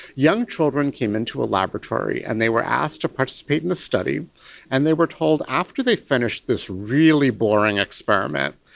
young children came into a laboratory and they were asked to participate in a study and they were told after they finish this really boring experiment,